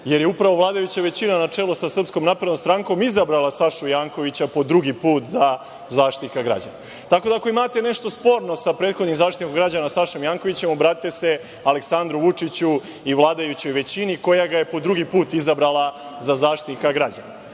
jer je upravo vladajuća većina na čelo sa Srpskom Naprednom Strankom izabrala Sašu Jankovića po drugi put za Zaštitnika građana. Tako da, ako imate nešto sporno sa prethodnim Zaštitnikom građana Sašom Jankovićem obratite se Aleksandru Vučiću i vladajućoj većini, koja ga je po drugi put izabrala za Zaštitnika građana. Dakle,